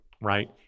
right